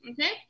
Okay